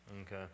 Okay